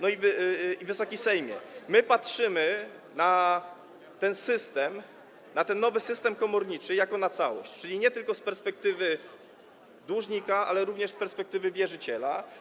No i, Wysoki Sejmie, my patrzymy na ten system, na ten nowy system komorniczy jako na całość, czyli nie tylko z perspektywy dłużnika, ale również z perspektywy wierzyciela.